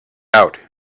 out